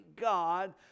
God